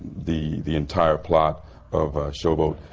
the the entire plot of show boat,